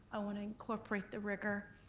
i want to incorporate the rigor.